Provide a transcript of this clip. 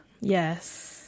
Yes